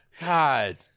God